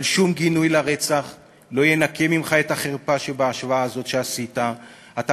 אבל שום גינוי לרצח לא ינקה ממך את החרפה שעשית בהשוואה הזאת.